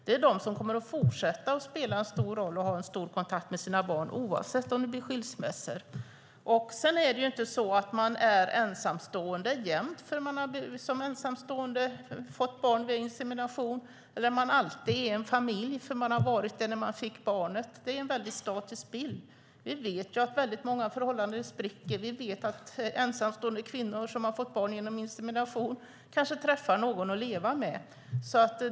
Det är de som kommer att fortsätta att spela en stor roll och ha kontakt med sina barn oavsett om det blir skilsmässor eller inte. Sedan är det inte så att man är ensamstående jämt för att man fått barn som ensamstående via insemination, eller att man alltid är en familj för att man varit det när man fick barnet. Det är en väldigt statisk bild. Vi vet ju att väldigt många förhållanden spricker. Vi vet att ensamstående kvinnor som har fått barn genom insemination kanske träffar någon att leva med.